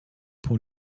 pour